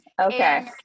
Okay